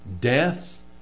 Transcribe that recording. death